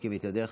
מחזקים את ידך.